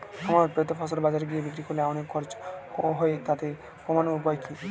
আমার উৎপাদিত ফসল বাজারে গিয়ে বিক্রি করলে অনেক খরচ হয়ে যায় তা কমানোর উপায় কি?